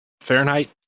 Fahrenheit